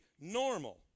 normal